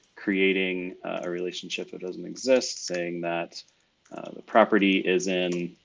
creating a relationship that doesn't exist saying that the property is in